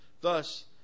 Thus